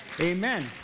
Amen